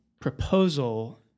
proposal